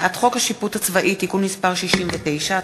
הצעת חוק השיפוט הצבאי (תיקון מס' 69),